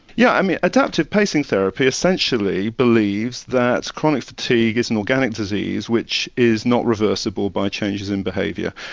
yeah, i mean adaptive pacing therapy essentially believes that chronic fatigue is an organic disease which is not reversible by changes in behaviour.